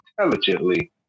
intelligently